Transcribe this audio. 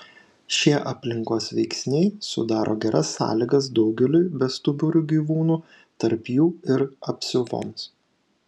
šie aplinkos veiksniai sudaro geras sąlygas daugeliui bestuburių gyvūnų tarp jų ir apsiuvoms